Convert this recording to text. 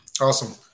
Awesome